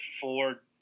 four